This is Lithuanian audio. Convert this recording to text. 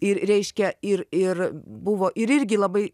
ir reiškia ir ir buvo ir irgi labai